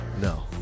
No